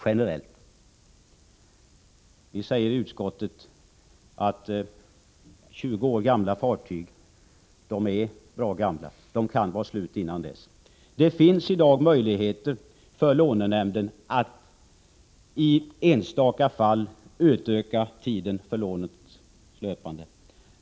Utskottsmajoriteten anser att 20 år gamla fartyg är bra gamla, de kan vara slut innan dess. Det finns i dag möjligheter för lånenämnden att i enstaka fall utöka amorteringstiden.